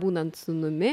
būnant sūnumi